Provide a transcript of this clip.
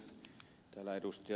täällä ed